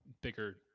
bigger